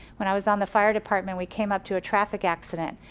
when i was on the fire department, we came up to a traffic accident,